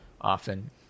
often